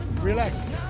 relaxed.